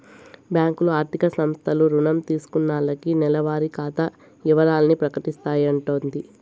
బ్యాంకులు, ఆర్థిక సంస్థలు రుణం తీసుకున్నాల్లకి నెలవారి ఖాతా ఇవరాల్ని ప్రకటిస్తాయంటోది